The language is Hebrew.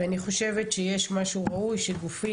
ואני חושבת שיש משהו ראוי שגופים,